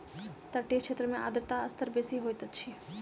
तटीय क्षेत्र में आर्द्रता स्तर बेसी होइत अछि